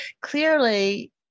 clearly